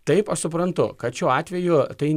taip aš suprantu kad šiuo atveju tai